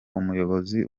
umuyobozi